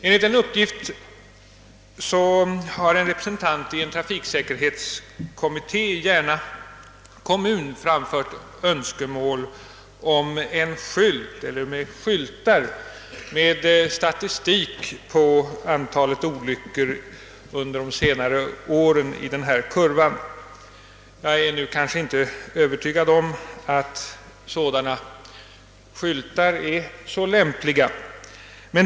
Enligt uppgift har en representant för en trafiksäkerhetskommitté i Järna kommun framfört önskemål om uppsättandet av skyltar med statistik över antalet olyckor under senare år i Brandalsundskurvan. Jag är inte övertygad om lämpligheten av sådana skyltar.